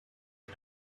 wir